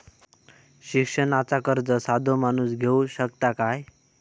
शिक्षणाचा कर्ज साधो माणूस घेऊ शकता काय?